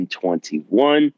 2021